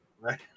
Right